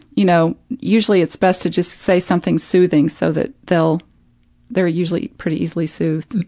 you know usually it's best to just say something soothing so that they'll they're usually pretty easily soothed.